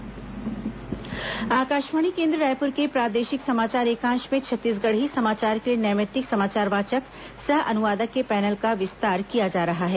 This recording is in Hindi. आकाशवाणी छत्तीसगढ़ी पैनल आकाशवाणी केन्द्र रायपूर के प्रादेशिक समाचार एकांश में छत्तीसगढ़ी समाचार के लिए नैमित्तिक समाचार वाचक सह अनुवादक के पैनल का विस्तार किया जा रहा है